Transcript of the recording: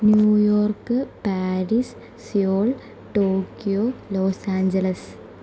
New York Paris Seoul Tokyo Los Angeles